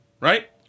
Right